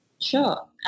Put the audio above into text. Sure